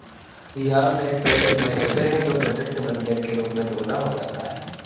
yarn एक package manager है जो प्रोजेक्ट मैनेजर के रूप में दोगुना हो जाता है